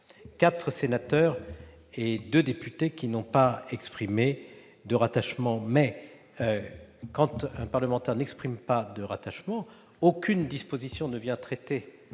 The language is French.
quatre sénateurs et deux députés n'ont pas indiqué de rattachement. Lorsqu'un parlementaire n'indique pas de rattachement, aucune disposition ne traite